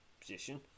position